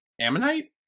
Ammonite